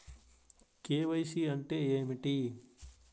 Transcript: KYC అంటే ఏమిటి?